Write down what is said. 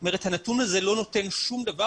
זאת אומרת הנתון הזה לא נותן שום דבר